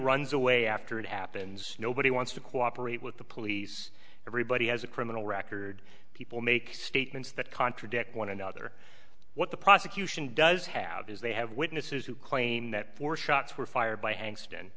runs away after it happens nobody wants to cooperate with the police everybody has a criminal record people make statements that contradict one another what the prosecution does have is they have witnesses who claim that four shots were fired by han